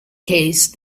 case